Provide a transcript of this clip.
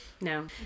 No